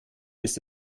ist